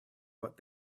what